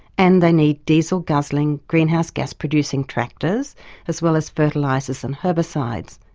and they need diesel guzzling greenhouse gas producing tractors as well as fertilisers and herbicides,